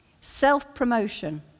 self-promotion